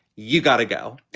you've got to go.